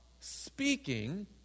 speaking